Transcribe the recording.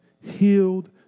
healed